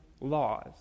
laws